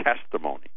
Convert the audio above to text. testimony